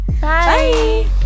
Bye